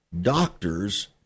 doctors